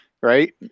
right